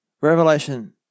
revelation